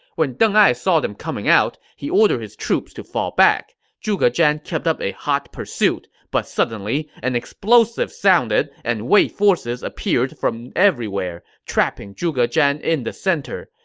when deng ai saw them come out, he ordered his troops to fall back. zhuge zhan kept up a hot pursuit, but suddenly, an explosive sounded, and wei forces appeared from everywhere, trapping zhuge zhan in the center.